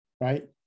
right